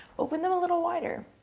open them a little wider.